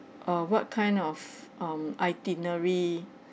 uh what kind of um itinerary